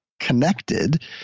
Connected